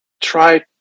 try